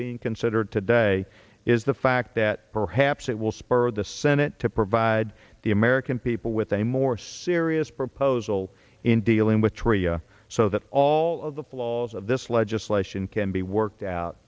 being considered today is the fact that perhaps it will spur the senate to provide the american people with a more serious proposal in dealing with tria so that all of the flaws of this legislation can be worked out